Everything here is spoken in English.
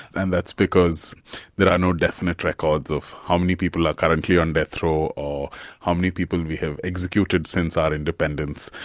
and that's because there are no definite records of how many people are currently on death row or how many people we have executed since our independence.